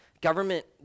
government